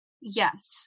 Yes